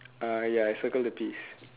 uh ya I circle the peas